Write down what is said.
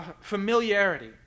familiarity